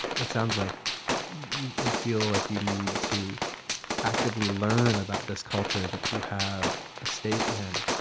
it sounds like you you feel like you need to actively learn about this culture that you have a stake in.